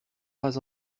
pas